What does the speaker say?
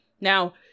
now